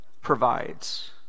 provides